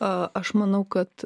aš manau kad